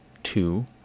two